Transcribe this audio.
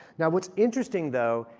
yeah what's interesting, though,